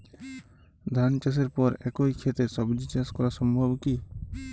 ধান চাষের পর একই ক্ষেতে সবজি চাষ করা সম্ভব কি?